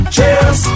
Cheers